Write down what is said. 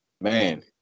man